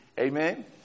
Amen